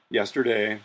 yesterday